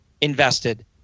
invested